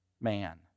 man